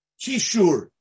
Kishur